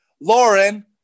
Lauren